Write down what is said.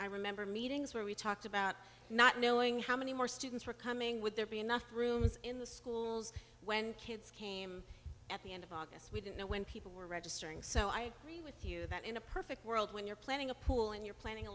i remember meetings where we talked about not knowing how many more students were coming with there be enough room in the schools when kids came at the end of august we didn't know when people were registering so i agree with you that in a perfect world when you're planning a pool and you're planning a